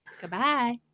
Goodbye